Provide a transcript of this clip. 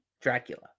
Dracula